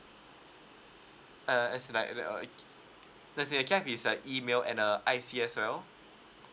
err as in like the err let say can I have his email and err I_C as well